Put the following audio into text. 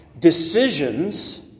Decisions